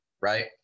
right